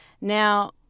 now